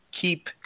keep